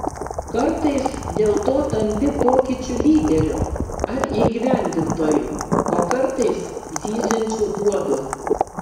kartais dėl to tampi pokyčių lyderiu ar įgyvendintoju o kartais zyziančiu uodu